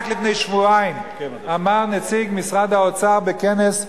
רק לפני שבועיים אמר נציג משרד האוצר בכנס: